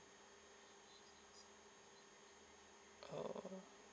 oh